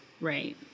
Right